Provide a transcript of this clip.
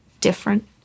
different